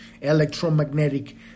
electromagnetic